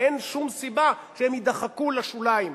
אין שום סיבה שהן יידחקו לשוליים,